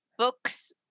Books